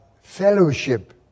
fellowship